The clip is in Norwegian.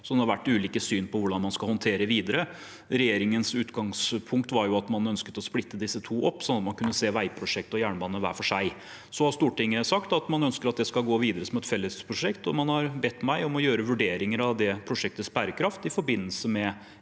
det har vært ulike syn på hvordan man skal håndtere videre. Regjeringens utgangspunkt var at man ønsket å splitte opp, slik at man kunne se veiprosjekt og jernbane hver for seg. Så har Stortinget sagt at man ønsker at det skal videreføres som et fellesprosjekt, og man har bedt meg om å foreta vurderinger av det prosjektets bærekraft i forbindelse med